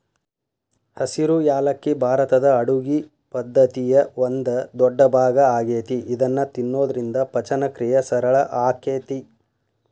ಹಸಿರು ಯಾಲಕ್ಕಿ ಭಾರತದ ಅಡುಗಿ ಪದ್ದತಿಯ ಒಂದ ದೊಡ್ಡಭಾಗ ಆಗೇತಿ ಇದನ್ನ ತಿನ್ನೋದ್ರಿಂದ ಪಚನಕ್ರಿಯೆ ಸರಳ ಆಕ್ಕೆತಿ